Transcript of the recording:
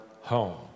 home